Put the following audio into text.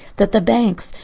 that the banks,